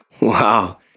Wow